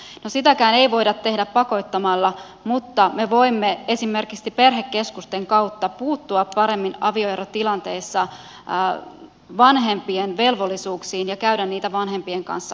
no sitäkään ei voida tehdä pakottamalla mutta me voimme esimerkiksi perhekeskusten kautta puuttua paremmin avioerotilanteessa vanhempien velvollisuuksiin ja käydä niitä vanhempien kanssa läpi